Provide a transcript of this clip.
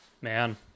Man